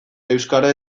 euskara